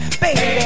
baby